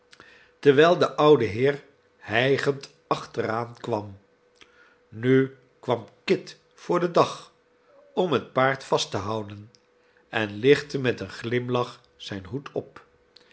terwijl de oude heer hijgend achteraankwam nu kwam kit voor den dag om het paard vast te houden en lichtte met een glimlach zijn hoed op